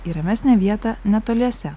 į ramesnę vietą netoliese